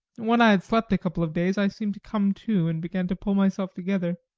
when i had slept a couple of days, i seemed to come to, and began to pull myself together.